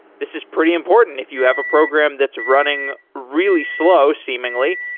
this is pretty important if you have a program that's running really slow, seemingly.